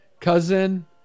cousin